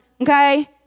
okay